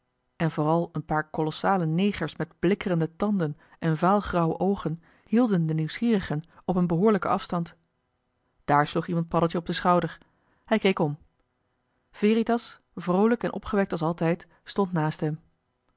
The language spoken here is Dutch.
en vooral een paar kolossale negers met blikkerende tanden en vaal grauwe oogen hielden de nieuwsgierigen op een behoorlijken afstand daar sloeg iemand paddeltje op den schouder hij keek om veritas vroolijk en opgewekt als altijd stond naast hem